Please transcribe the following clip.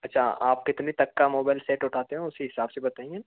अच्छा आप कितने तक का मोबाइल सेट उठाते हो उसी हिसाब से बताएंगे